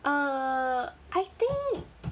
err I think